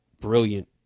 brilliant